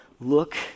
look